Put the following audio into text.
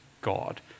God